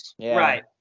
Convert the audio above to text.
Right